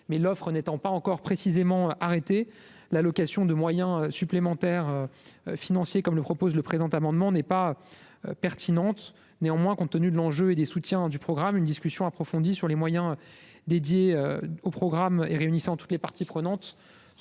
mais l'offre n'étant pas encore précisément arrêtée l'allocation de moyens supplémentaires financiers comme le propose le présent amendement n'est pas pertinente, néanmoins, compte tenu de l'enjeu et des soutiens du programme une discussion approfondie sur les moyens dédiés au programme et réunissant toutes les parties prenantes